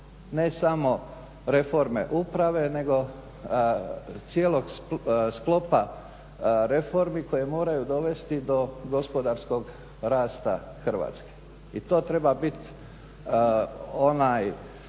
ne samo reforme uprave nego cijelog sklopa reformi koje moraju dovesti do gospodarskog rasta Hrvatske i to treba biti onaj